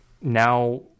now